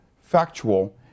factual